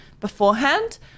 beforehand